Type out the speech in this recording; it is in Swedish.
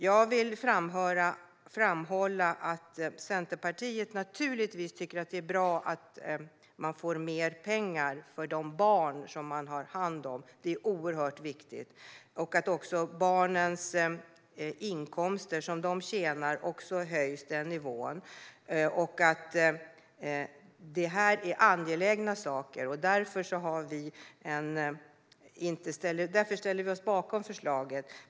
Jag vill framhålla att Centerpartiet naturligtvis tycker att det är bra och oerhört viktigt att man får mer pengar för de barn som man har hand om, liksom att nivån på barnens inkomster höjs. Det här är angelägna saker, och vi ställer oss bakom förslaget.